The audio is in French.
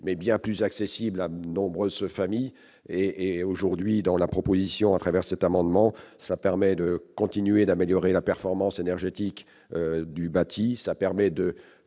mais bien plus accessible à de nombreuses familles et aujourd'hui dans la proposition, à travers cet amendement, ça permet de continuer d'améliorer la performance énergétique du bâti, ça permet de